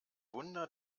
wunder